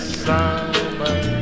summer